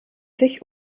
sich